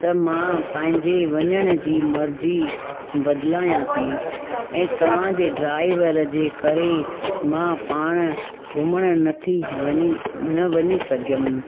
त मां पंहिंजे वञण जी मर्जी बदिलायां थी ऐं तव्हांजे ड्राईवर जे करे मां पाण घुमणु नथी वञी न वञी सघियमि